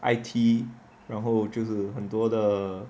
it 然后就很多的